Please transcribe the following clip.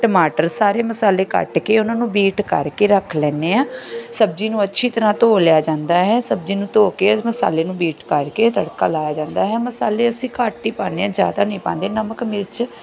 ਟਮਾਟਰ ਸਾਰੇ ਮਸਾਲੇ ਕੱਟ ਕੇ ਉਹਨਾਂ ਨੂੰ ਬੀਟ ਕਰਕੇ ਰੱਖ ਲੈਂਦੇ ਹਾਂ ਸਬਜ਼ੀ ਨੂੰ ਅੱਛੀ ਤਰ੍ਹਾਂ ਧੋ ਲਿਆ ਜਾਂਦਾ ਹੈ ਸਬਜ਼ੀ ਨੂੰ ਧੋ ਕੇ ਮਸਾਲੇ ਨੂੰ ਬੀਟ ਕਰਕੇ ਤੜਕਾ ਲਾਇਆ ਜਾਂਦਾ ਹੈ ਮਸਾਲੇ ਅਸੀਂ ਘੱਟ ਹੀ ਪਾਨੇ ਹਾਂ ਜ਼ਿਆਦਾ ਨਹੀਂ ਪਾਉਂਦੇ ਨਮਕ ਮਿਰਚ